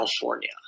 California